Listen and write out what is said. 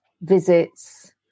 visits